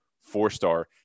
four-star